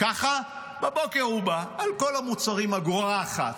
כך, בבוקר הוא בא, על כל המוצרים אגורה אחת,